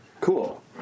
Cool